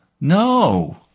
No